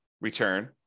return